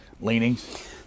leanings